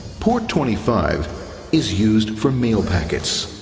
port twenty five is used for mail packets,